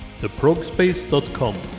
TheProgspace.com